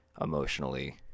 emotionally